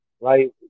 right